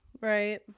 Right